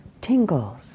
tingles